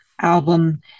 album